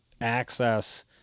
access